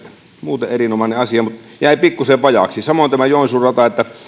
muuten erinomainen asia mutta jäi pikkusen vajaaksi samoin tämä joensuun rata